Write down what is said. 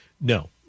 No